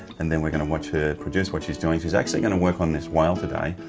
and then we're going to watch her produce what she's doing. she's actually going to work on this whale today,